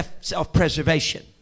self-preservation